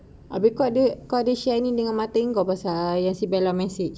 habis kau ada kau ada share ni dengan mak pasal bella message